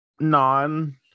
non